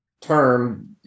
term